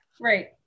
right